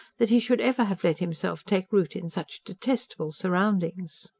that he should ever have let himself take root in such detestable surroundings.